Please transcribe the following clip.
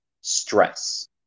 stress